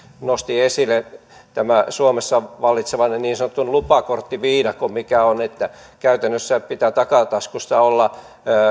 nosti esille suomessa vallitsevan niin sanotun lupakorttiviidakon eli että käytännössä pitää takataskussa olla